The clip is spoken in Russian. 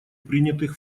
принятых